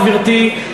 גברתי,